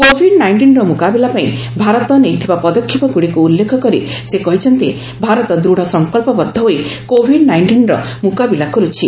Covid ନାଇଷ୍ଟିନ୍ର ମୁକାବିଲା ପାଇଁ ଭାରତ ନେଇଥିବା ପଦକ୍ଷେପଗୁଡ଼ିକୁ ଉଲ୍ଲେଖ କରି ସେ କହିଛନ୍ତି ଭାରତ ଦୂଢ଼ ସଂକଳ୍ପବଦ୍ଧ ହୋଇ କୋଭିଡ୍ ନାଇଷ୍ଟିନ୍ର ମୁକାବିଲା କରୁଛି